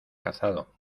cazado